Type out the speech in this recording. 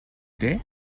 дээ